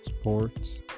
sports